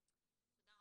תודה.